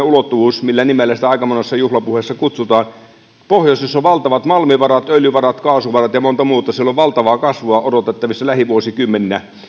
ulottuvuudessa millä nimellä sitä aika monessa juhlapuheessa kutsutaan että pohjoisessa on valtavat malmivarat öljyvarat kaasuvarat ja monta muuta siellä on valtavaa kasvua odotettavissa lähivuosikymmeninä